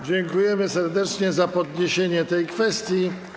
Dziękujemy serdecznie za podniesienie tej kwestii.